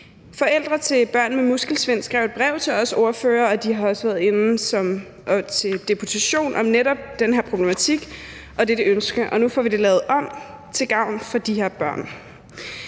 Forældre til børn med muskelsvind skrev et brev til os ordførere, og de har også været herinde i deputation om netop den her problematik og dette ønske, og nu får vi lavet det her om til gavn for de børn.